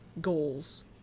goals